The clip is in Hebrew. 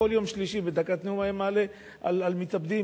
בכל יום שלישי בדקת נאום היה מעלה את הנושא של המתאבדים.